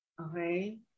Okay